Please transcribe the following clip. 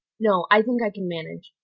no i think i can manage.